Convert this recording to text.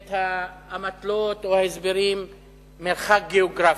את האמתלות או ההסברים של מרחק גיאוגרפי.